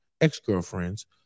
ex-girlfriends